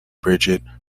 brigitte